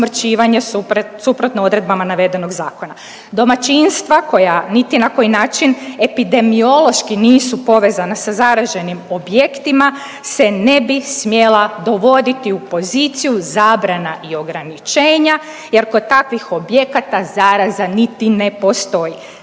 suprotno odredbama navedenog zakona. Domaćinstva koja niti na koji način epidemiološki nisu povezana sa zaraženim objektima se ne bi smjela dovoditi u poziciju zabrana i ograničenja jer kod takvih objekata zaraza niti ne postoji.